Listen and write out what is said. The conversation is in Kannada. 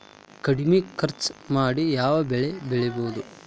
ಕಡಮಿ ಖರ್ಚ ಮಾಡಿ ಯಾವ್ ಬೆಳಿ ಬೆಳಿಬೋದ್?